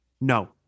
No